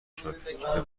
شکر، به